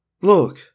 Look